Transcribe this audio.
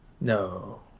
No